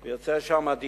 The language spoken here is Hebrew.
מחיר למשתכן באזור אילת.